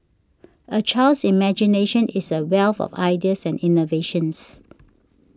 a child's imagination is a wealth of ideas and innovations